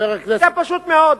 זה פשוט מאוד.